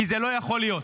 כי לא יכול להיות.